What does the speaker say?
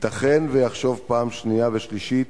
ייתכן שיחשוב פעם שנייה ושלישית